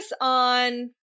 on